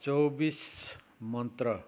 चौबिस मन्त्र